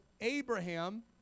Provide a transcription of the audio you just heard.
Abraham